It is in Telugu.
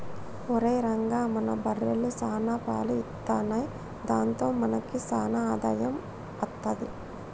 ఒరేయ్ రంగా మన బర్రెలు సాన పాలు ఇత్తున్నయ్ దాంతో మనకి సాన ఆదాయం అత్తది